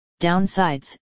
downsides